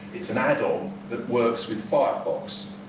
it's an add on that works with firefox